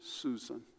Susan